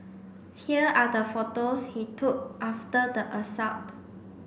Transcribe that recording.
here are the photos he took after the assault